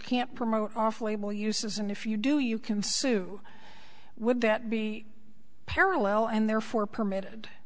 can't promote off label use is and if you do you can sue would that be parallel and therefore permitted